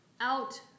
out